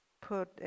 put